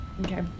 okay